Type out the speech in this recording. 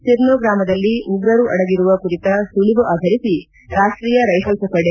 ಸಿರ್ನೂ ಗ್ರಾಮದಲ್ಲಿ ಉಗ್ರರು ಅಡಗಿರುವ ಕುರಿತ ಸುಳವು ಆಧರಿಸಿ ರಾಷ್ಟೀಯ ರೈಫಲ್ಸ್ ಪಡೆ